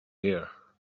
here